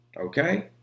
okay